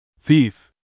thief